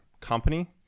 company